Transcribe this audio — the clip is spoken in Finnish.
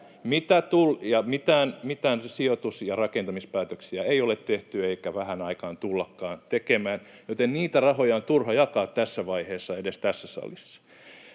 mitään sijoitus- ja rakentamispäätöksiä ei ole tehty eikä vähään aikaan tullakaan tekemään, joten niitä rahoja on turha jakaa tässä vaiheessa edes tässä salissa.